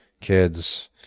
kids